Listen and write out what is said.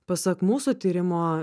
pasak mūsų tyrimo